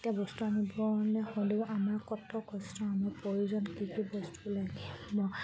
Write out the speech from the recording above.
এতিয়া বস্তু আনিবলৈয়ো হ'লেও আমাৰ কত' কষ্ট আমাৰ প্ৰয়োজন কি কি বস্তু লাগিব